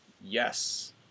Yes